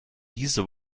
diese